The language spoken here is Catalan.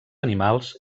animals